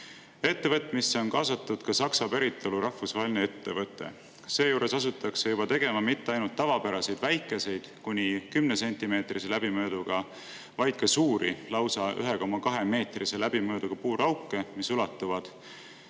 Ettevõtmisse on kaasatud ka Saksa päritolu rahvusvaheline ettevõte. Seejuures asutakse juba tegema mitte ainult tavapäraseid väikeseid, kuni 10-sentimeetrise läbimõõduga puurauke, vaid ka suuri, lausa 1,2-meetrise läbimõõduga puurauke, mis ulatuvad